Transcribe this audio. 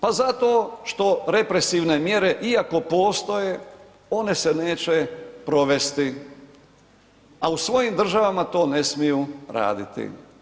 Pa zato što represivne mjere iako postoje one se neće provesti, a u svojim državama to ne smiju raditi.